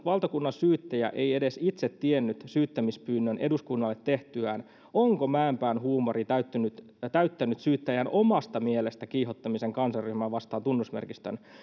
valtakunnansyyttäjä ei edes itse tiennyt syyttämispyynnön eduskunnalle tehtyään onko mäenpään huumori täyttänyt syyttäjän omasta mielestä kiihottamisen kansanryhmää vastaan tunnusmerkistön